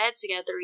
together